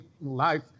life